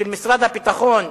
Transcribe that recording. של משרד הביטחון,